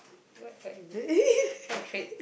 what was is it what trait